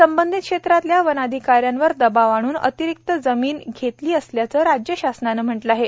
संबंधित क्षेत्रातल्या वनाधिका यांवर दबाव आणून अतिरिक्त जमीन घेतली असल्याचं राज्यशासनाचं म्हणणं आहे